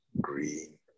green